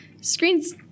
screens